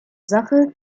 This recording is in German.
sache